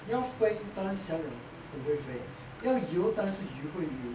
要飞当然是小鸟很会飞要游当然是游会游